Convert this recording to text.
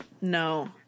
No